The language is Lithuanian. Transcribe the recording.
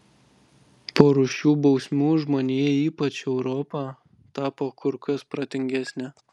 po rūsčių bausmių žmonija ypač europa tapo kur kas protingesnė